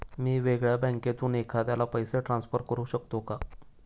मी वेगळ्या बँकेतून एखाद्याला पैसे ट्रान्सफर करू शकतो का?